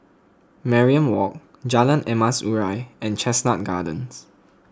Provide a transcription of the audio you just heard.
Mariam Walk Jalan Emas Urai and Chestnut Gardens